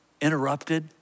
interrupted